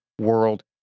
world